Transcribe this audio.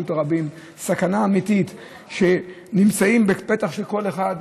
הרבים" סכנה אמיתית שנמצאת בפתח של כל אחד,